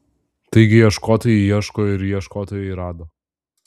taigi ieškotojai ieškojo ir ieškotojai rado